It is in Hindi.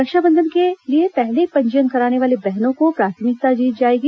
रक्षाबंधन के लिए पहले पंजीयन कराने वाले बहनों को प्राथमिकता दी जाएगी